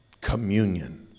Communion